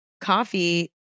coffee